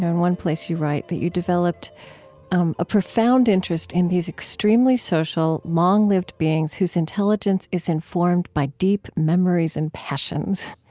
in one place you write that you developed um a profound interest in these extremely social, long-lived beings whose intelligence is informed by deep memories and passions.